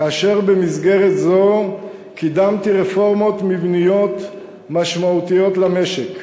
ובמסגרת זו קידמתי רפורמות מבניות משמעותיות למשק.